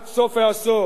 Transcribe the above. עד סוף העשור,